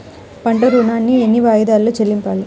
పంట ఋణాన్ని ఎన్ని వాయిదాలలో చెల్లించాలి?